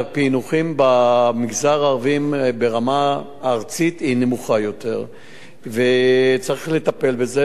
הפענוחים במגזר הערבי ברמה ארצית הם נמוכים יותר וצריך לטפל בזה.